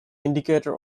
indicator